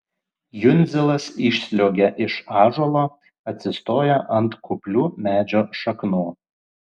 jundzilas išsliuogia iš ąžuolo atsistoja ant kuplių medžio šaknų